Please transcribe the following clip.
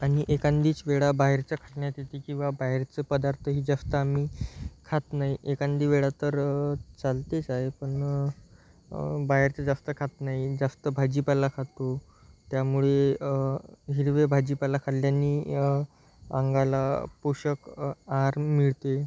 आणि एखादीच वेळा बाहेरचं खाण्यात येते किंवा बाहेरचं पदार्थही जास्त आम्ही खात नाही एखांदी वेळा तर चालतेच आहे पण बाहेरचं जास्त खात नाही जास्त भाजीपाला खातो त्यामुळे हिरवे भाजीपाला खाल्ल्यानी अंगाला पोषक आहार मिळते